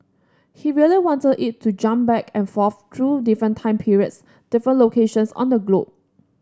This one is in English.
he really wanted it to jump back and forth through different time periods different locations on the globe